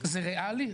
זה ריאלי,